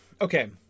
Okay